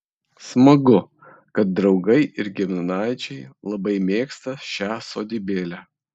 smagu kad draugai ir giminaičiai labai mėgsta šią sodybėlę